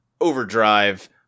Overdrive